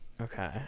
Okay